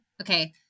okay